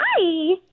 Hi